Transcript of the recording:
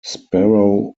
sparrow